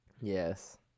Yes